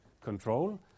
control